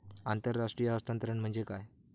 आंतरराष्ट्रीय हस्तांतरण म्हणजे काय?